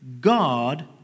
God